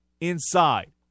inside